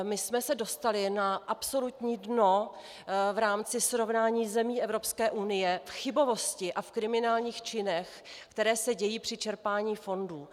My jsme se dostali na absolutní dno v rámci srovnání zemí EU v chybovosti a v kriminálních činech, které se dějí při čerpání fondů.